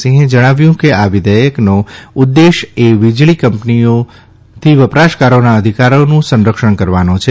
સિંહે જણાવ્યું કે આ વિધેયકનો ઉદ્દેશ એ વિજળી કં ઓથી વ રાશકારોના અધિકારોનું સંરક્ષણ કરવાનો છે